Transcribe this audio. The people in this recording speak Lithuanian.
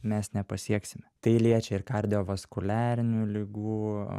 mes nepasieksime tai liečia ir kardiovaskuliarinių ligų